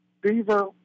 Beaver